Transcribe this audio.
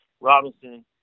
Robinson